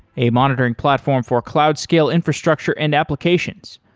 a monitoring platform for cloud scale infrastructure and applications.